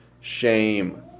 shame